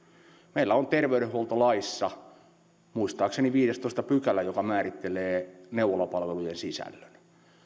meillä on terveydenhuoltolaissa muistaakseni viidestoista pykälä joka määrittelee neuvolapalvelujen sisällön